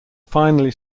finally